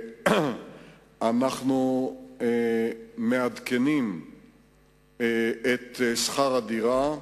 אנחנו מעדכנים את שכר-הדירה.